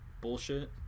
Bullshit